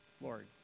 Lord